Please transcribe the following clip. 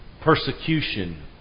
persecution